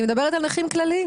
היא מדברת על נכים כלליים.